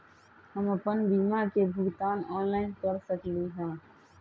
हम अपन बीमा के भुगतान ऑनलाइन कर सकली ह?